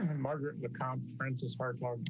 and margaret, and the conference is mark. mark.